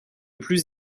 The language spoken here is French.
plus